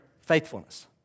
faithfulness